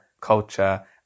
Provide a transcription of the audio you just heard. culture